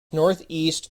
northeast